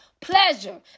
pleasure